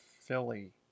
Philly